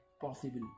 possible